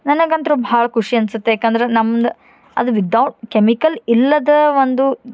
ನನಗಂತೂ ಭಾಳ ಖುಷಿ ಅನ್ಸುತ್ತೆ ಏಕಂದ್ರೆ ನಮ್ದು ಅದು ವಿದೌಟ್ ಕೆಮಿಕಲ್ ಇಲ್ಲದ ಒಂದು